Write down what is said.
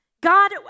God